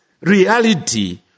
reality